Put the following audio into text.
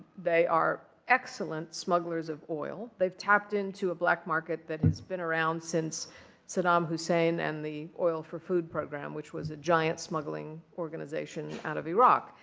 they are excellent smugglers of oil. they've tapped in to a black market that has been around since saddam hussein and the oil-for-food program, which was a giant smuggling organization out of iraq.